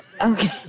Okay